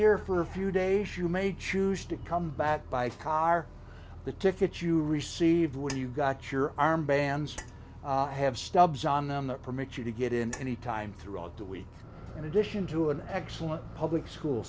here for a few days you may choose to come back by car the ticket you received when you got your arm bands have stubs on them that permit you to get into any time throughout the week in addition to an excellent public school